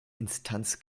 instanz